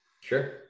Sure